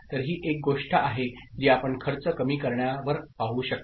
तर ही एक गोष्ट आहे जी आपण खर्च कमी करण्यावर पाहू शकता